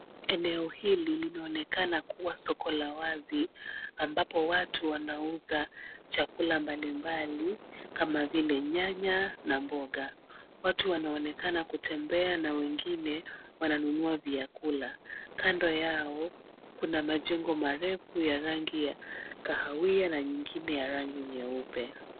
Eneo hili linaonekana kuwa soko la wazi ambapo watu wanauza chakula mbalimbali kama vile nyanya na mboga. Watu wanaonekana kutembea na wengine wananunua vyakula. Kando yao kuna majengo marefu ya rangi ya kahawia na nyingine ya rangi nyeupe.